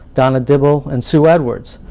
donna dibble and sue edwards,